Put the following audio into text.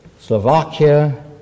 Slovakia